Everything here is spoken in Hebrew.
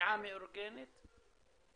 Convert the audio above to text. פשיעה מאורגנת.